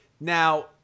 Now